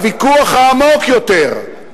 הוויכוח העמוק יותר,